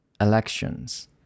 elections